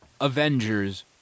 Avengers